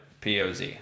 POZ